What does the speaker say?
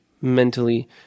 mentally